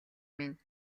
минь